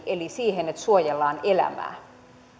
eli siihen että suojellaan elämää